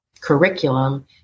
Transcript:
curriculum